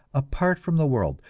apart from the world,